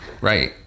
Right